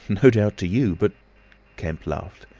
and no doubt, to you, but kemp laughed.